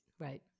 Right